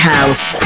House